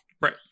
Right